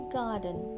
garden